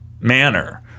manner